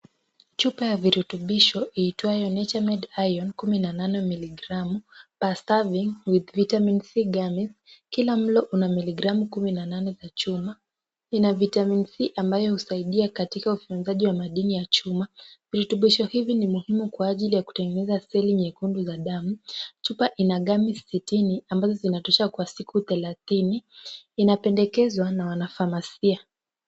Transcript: Chupa ya virutubisho iitwayo Nature Made Iron, kumi na nane miligramu per serving with vitamin C gummies . Kila mlo una miligramu kumi na nane za chuma, ina vitamin C ambayo husaidia katika utunzaji wa madini ya chuma. Virutubisho hivi ni muhimu kwa ajili ya kutengeneza seli nyekundu za damu. Chupa ina gummies sitini ambazo zinatoshea kwa siku thelathini. Inapendekezwa na wanafamasia.